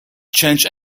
change